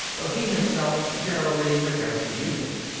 though he himself generally forgets to use it.